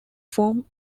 form